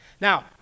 Now